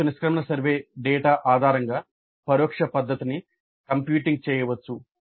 course నిష్క్రమణ survey data ఆధారంగా పరోక్ష పద్ధతిని కంప్యూటింగ్ చేయవచ్చు